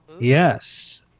Yes